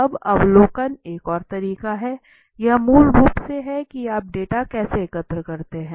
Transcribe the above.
अब अवलोकन एक और तरीका है यह मूल रूप से है कि आप डाटा कैसे एकत्र करते हैं